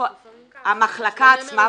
המחלקה עצמה,